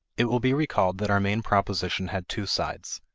it will be recalled that our main proposition had two sides.